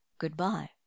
goodbye